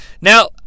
Now